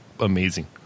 amazing